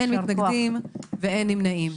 אין מתנגדים ואין נמנעים.